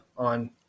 on